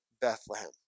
Bethlehem